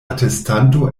atestanto